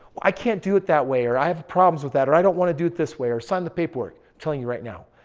i can't do it that way or i have problems with that or i don't want to do it this way or sign the paperwork. i'm telling you right now.